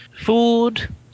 food